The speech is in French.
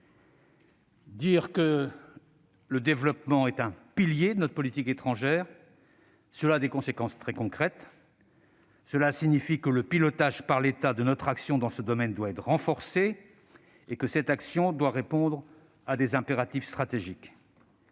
Dire que le développement est un pilier de notre politique étrangère a des conséquences très concrètes. Cela signifie que le pilotage par l'État de notre action dans ce domaine doit être renforcé et que cette action doit répondre à des impératifs stratégiques.